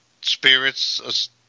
spirits